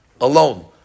alone